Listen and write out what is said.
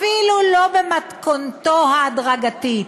אפילו לא במתכונתו ההדרגתית.